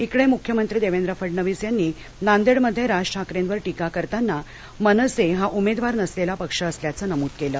इकडे मुख्यमंत्री देवेंद्र फडणवीस यांनी नांदेडमध्ये राज ठाकरेंवर टीका करताना मनसे हा उमेदवार नसलेला पक्ष असल्याचं नमूद केलं